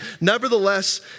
Nevertheless